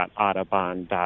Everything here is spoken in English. Audubon